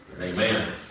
amen